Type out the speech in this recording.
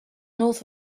north